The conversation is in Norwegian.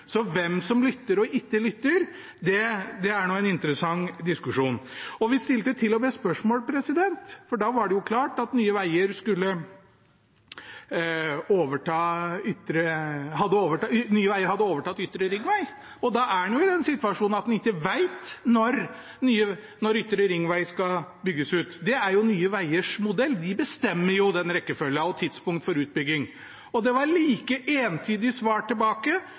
Så hvem er det som lytter og ikke lytter? Det er nå en interessant diskusjon. Vi stilte til og med spørsmål, for da var det klart at Nye Veier hadde overtatt Ytre ringvei, og da er en i den situasjonen at en ikke vet når Ytre ringvei skal bygges ut. Det er jo Nye Veiers modell, de bestemmer den rekkefølgen og tidspunktet for utbygging. Det var like entydige svar tilbake,